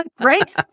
Right